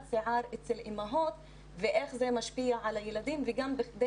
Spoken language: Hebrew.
שיער אצל אימהות ואיך זה משפיע על הילדים גם בכדי